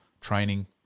training